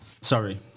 Sorry